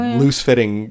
loose-fitting